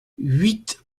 huit